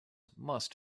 must